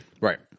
Right